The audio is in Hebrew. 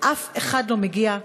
ואף אחד לא מגיע,